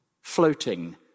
floating